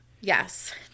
Yes